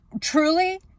Truly